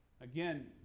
Again